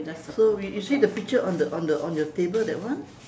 so you you see the picture on the on the on your table that one